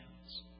hands